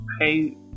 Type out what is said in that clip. Hey